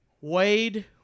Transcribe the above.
Wade